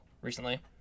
recently